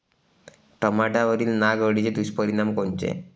टमाट्यावरील नाग अळीचे दुष्परिणाम कोनचे?